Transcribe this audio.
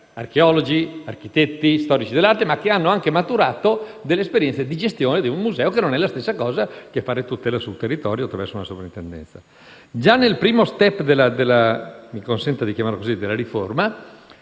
(archeologi, architetti o storici dell'arte) che abbiano anche maturato esperienze di gestione di un museo, che non è la stessa cosa che fare tutela sul territorio attraverso una Sovrintendenza. Già nel primo *step* della riforma,